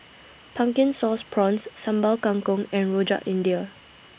Pumpkin Sauce Prawns Sambal Kangkong and Rojak India